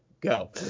go